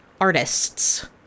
artists